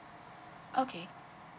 okay